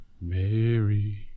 Mary